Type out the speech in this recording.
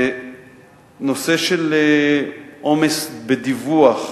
הנושא של עומס בדיווח,